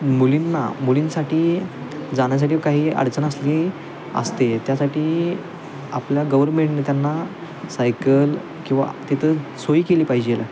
मुलींना मुलींसाठी जाण्यासाठी काही अडचण असली असते त्यासाठी आपल्या गव्हर्मेंटने त्यांना सायकल किंवा तिथं सोयी केली पाहिजेल